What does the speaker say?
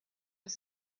was